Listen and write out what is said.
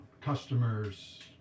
Customers